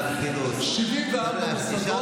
74 מוסדות,